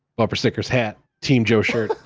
bumper stickers, hat, team joe shirt,